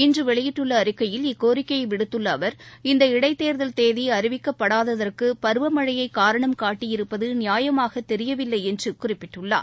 இன்றுவெளியிட்டுள்ளஅறிக்கையில் இக்கோரிக்கையவிடுத்துள்ளஅவர் இந்த இடைத் தேர்தல் தேதிஅறிவிக்கப்படாததற்குபருவமழையைகாரணம் காட்டியிருப்பதுநியாயமாகதெரியவில்லைஎன்றுகுறிப்பிட்டுள்ளார்